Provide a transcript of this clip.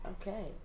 Okay